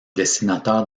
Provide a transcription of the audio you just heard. dessinateur